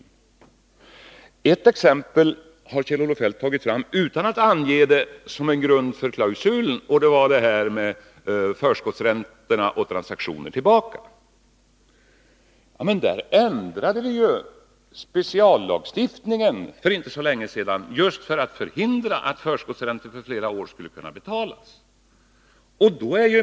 Ett exempel har Kjell-Olof Feldt tagit fram utan att ange det som en grund för klausulen. Det var detta med förskottsräntor och transaktioner tillbaka. Där ändrade vi speciallagstiftningen för inte så länge sedan just för att förhindra att förskottsräntor för flera år skulle kunna betalas.